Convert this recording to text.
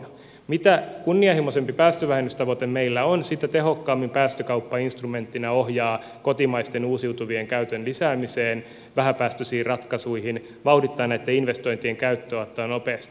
mitä kunnianhimoisempi päästövähennystavoite meillä on sitä tehokkaammin päästökauppa instrumenttina ohjaa kotimaisten uusiutuvien käytön lisäämiseen vähäpäästöisiin ratkaisuihin vauhdittaa näitten investointien käyttöönottoa nopeasti